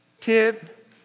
Tip